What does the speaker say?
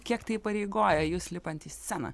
kiek tai įpareigoja jus lipant į sceną